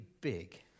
big